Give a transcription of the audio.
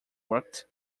worked